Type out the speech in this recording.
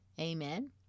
Amen